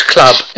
Club